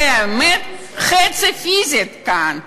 אנחנו מאה אחוז שם.